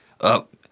up